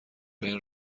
بین